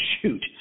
shoot